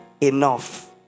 enough